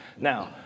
Now